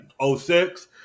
06